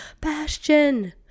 Bastion